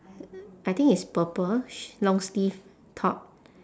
I think it's purple sh~ long sleeve top